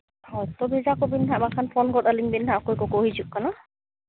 ᱦᱚᱭᱛᱳ ᱵᱷᱮᱡᱟ ᱠᱚᱵᱮᱱ ᱦᱟᱸᱜ ᱵᱟᱠᱷᱟᱱ ᱯᱷᱳᱱ ᱜᱚᱫ ᱟᱹᱞᱤᱧ ᱵᱮᱱ ᱦᱟᱸᱜ ᱚᱠᱚᱭ ᱠᱚᱠᱚ ᱦᱤᱡᱩᱜ ᱠᱟᱱᱟ